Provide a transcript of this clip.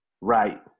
Right